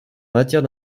matière